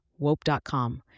Wope.com